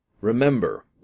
Remember